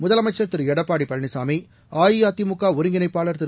முதலமைச்சர் திரு எடப்பாடிபழனிசாமி அஇஅதிமுகஒருங்கிணைப்பாளர் திரு